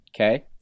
Okay